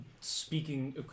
speaking